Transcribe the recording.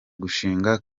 gushinga